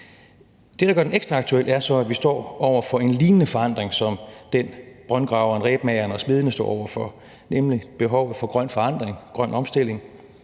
Det, der så gør den ekstra aktuel, er, at vi står over for en lignende forandring som den, brøndgraveren, rebmageren og smedene stod over for, nemlig behovet for grøn forandring, grøn omstilling.